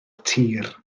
tir